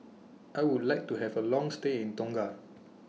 I Would like to Have A Long stay in Tonga